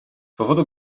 powodu